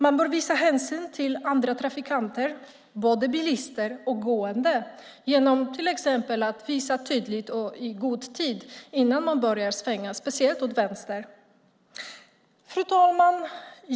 Man bör ta hänsyn till andra trafikanter, både bilister och gående, till exempel genom att tydligt och i god tid visa att man tänker svänga; det gäller speciellt när man ska svänga vänster. Fru talman!